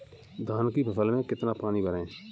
धान की फसल में कितना पानी भरें?